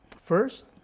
First